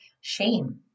shame